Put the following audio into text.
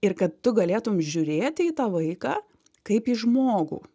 ir kad tu galėtum žiūrėti į tą vaiką kaip į žmogų